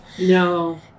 No